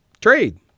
trade